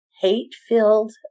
hate-filled